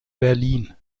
berlin